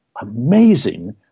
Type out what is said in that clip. amazing